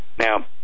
Now